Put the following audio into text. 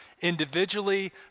individually